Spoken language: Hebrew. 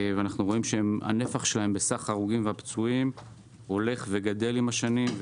ואנחנו רואים שהנפח שלהם בסך ההרוגים והפצועים הולך וגדל עם השנים.